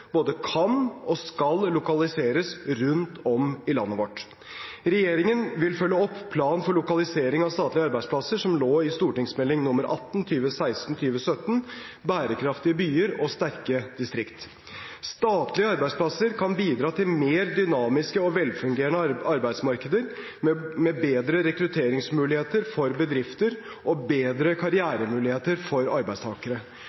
både kan og skal lokaliseres rundt om i landet vårt. Regjeringen vil følge opp Plan for lokalisering av statlige arbeidsplasser, som lå ved Meld. St. 18 for 2016–2017, Berekraftige byar og sterke distrikt. Statlige arbeidsplasser kan bidra til mer dynamiske og velfungerende arbeidsmarkeder, med bedre rekrutteringsmuligheter for bedrifter og bedre